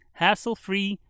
hassle-free